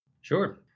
Sure